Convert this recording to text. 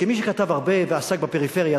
וכמי שכתב הרבה ועסק בפריפריה,